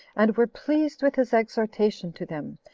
and were pleased with his exhortation to them,